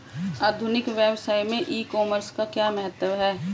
आधुनिक व्यवसाय में ई कॉमर्स का क्या महत्व है?